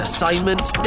assignments